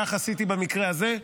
כך עשיתי במקרה הזה,